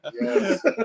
Yes